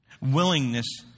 Willingness